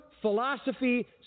philosophy